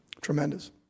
Tremendous